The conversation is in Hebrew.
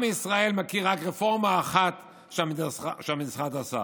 עם ישראל מכיר רק רפורמה אחת שהמשרד עשה,